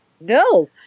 No